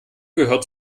gehört